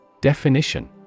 Definition